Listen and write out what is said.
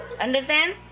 Understand